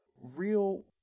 real